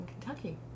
Kentucky